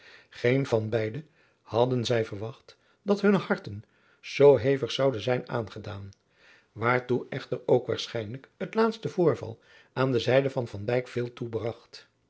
geen van beide hadden zij verwacht dat hunne harten zoo hevig zouden zijn aangedaan waartoe echter ook waarschijnlijk het laatste voorval aan de zijde van van dijk veel